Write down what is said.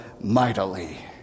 mightily